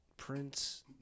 Prince